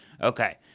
Okay